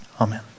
Amen